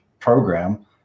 program